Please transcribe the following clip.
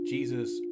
Jesus